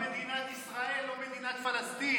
כי זו מדינת ישראל, לא מדינת פלסטין.